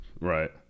Right